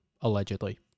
allegedly